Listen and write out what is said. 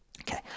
Okay